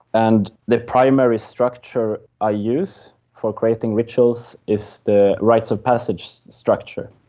and the primary structure i use for creating rituals is the rites of passage structure.